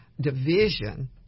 division